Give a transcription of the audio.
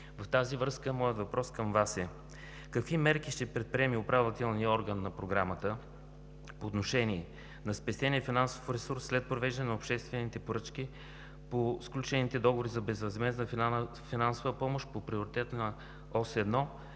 В тази връзка моят въпрос към Вас е: какви мерки ще предприеме Управителният орган на Програмата по отношение на спестения финансов ресурс след провеждане на обществените поръчки по сключените договори за безвъзмездна финансова помощ по Приоритетна ос